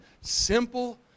simple